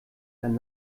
dann